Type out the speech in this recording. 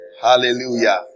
hallelujah